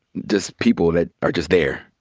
just people that are just there.